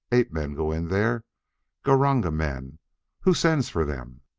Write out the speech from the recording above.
ape-men go in there gr-r-ranga-men who sends for them?